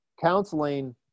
counseling